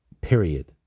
Period